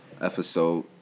episode